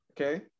Okay